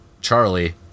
Charlie